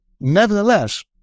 nevertheless